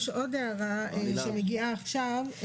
יש עוד הערה שמגיעה עכשיו,